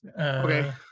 Okay